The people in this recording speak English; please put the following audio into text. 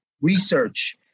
research